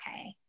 okay